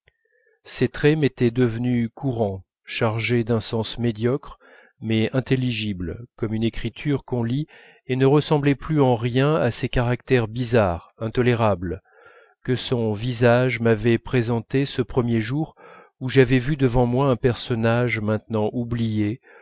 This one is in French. ses traits m'étaient devenus courants chargés d'un sens médiocre mais intelligible comme une écriture qu'on lit et ne ressemblaient plus en rien à ces caractères bizarres intolérables que son visage m'avait présentés ce premier jour où j'avais vu devant moi un personnage maintenant oublié